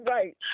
Right